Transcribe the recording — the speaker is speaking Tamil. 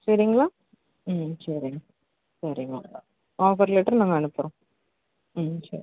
சரிங்களா ம் சரிங்க சரிங்க ஆஃபர் லெட்டர் நாங்கள் அனுப்புகிறோம் ம் சரி